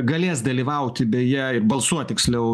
galės dalyvauti beje ir balsuot tiksliau